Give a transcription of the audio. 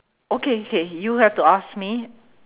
okay okay you have to ask me